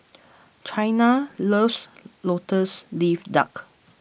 Chyna loves Lotus Leaf Duck